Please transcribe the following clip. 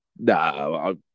No